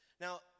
Now